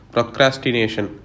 Procrastination